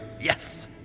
Yes